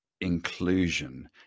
inclusion